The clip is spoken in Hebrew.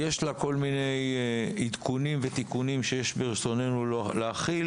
יש לה כל מיני עדכונים ותיקונים שיש ברצוננו להחיל